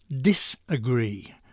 disagree